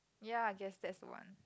ya guess that's the one